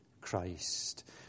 Christ